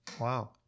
Wow